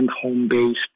home-based